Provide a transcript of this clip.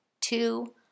two